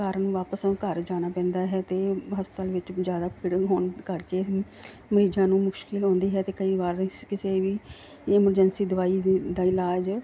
ਕਾਰਨ ਵਾਪਸ ਘਰ ਜਾਣਾ ਪੈਂਦਾ ਹੈ ਅਤੇ ਹਸਪਤਾਲ ਵਿੱਚ ਵੀ ਜ਼ਿਆਦਾ ਭੀੜ ਹੋਣ ਕਰਕੇ ਮਰੀਜ਼ਾਂ ਨੂੰ ਮੁਸ਼ਕਿਲ ਆਉਂਦੀ ਹੈ ਅਤੇ ਕਈ ਵਾਰ ਕਿਸੇ ਵੀ ਏਮਰਜੈਂਸੀ ਦਾ ਦਵਾਈ ਦਾ ਦਾ ਇਲਾਜ